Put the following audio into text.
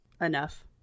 enough